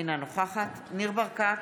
אינה נוכחת ניר ברקת,